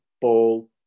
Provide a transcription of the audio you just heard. ball